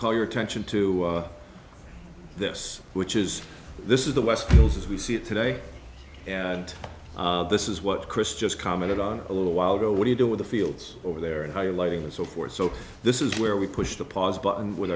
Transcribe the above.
call your attention to this which is this is the west hills as we see it today and this is what chris just commented on a little while ago what you do with the fields over there and highlighting that so forth so this is where we push the pause button with